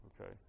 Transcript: Okay